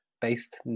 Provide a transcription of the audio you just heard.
based